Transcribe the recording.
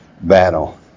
battle